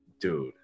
dude